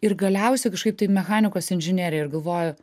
ir galiausiai kažkaip tai mechanikos inžinerija ir galvoju